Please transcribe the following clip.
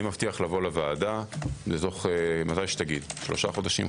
אני מבטיח לבוא לוועדה שלושה חודשים,